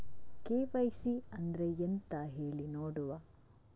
KYC ಅಂದ್ರೆ ಎಂತ ಹೇಳಿ ನೋಡುವ?